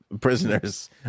prisoners